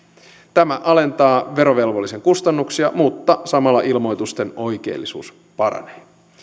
tämä alentaa verovelvollisen kustannuksia mutta samalla ilmoitusten oikeellisuus paranee